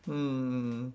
mm